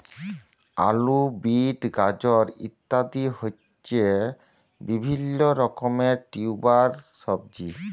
আলু, বিট, গাজর ইত্যাদি হচ্ছে বিভিল্য রকমের টিউবার সবজি